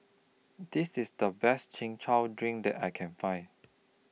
This IS The Best Chin Chow Drink that I Can Find